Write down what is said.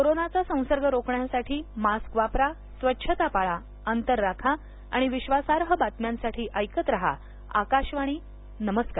कोरोनाचा संसर्ग रोखण्यासाठी मास्क वापरा स्वच्छता पाळा अंतर राखा आणि विश्वासार्ह बातम्यांसाठी ऐकत रहा आकाशवाणी नमस्कार